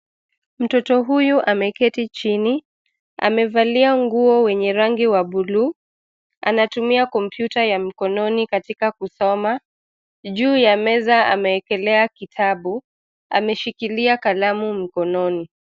Mtoto huyu ameketi chini, amevalia nguo wenye rangi wa buluu. Anatumia kompyuta ya mkononi katika kusoma. Juu ya meza amewekelea kitabu, ameshikilia kalamu mkononi.